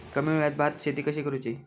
कमी वेळात भात शेती कशी करुची?